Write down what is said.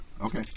Okay